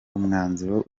umwanzuro